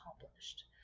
accomplished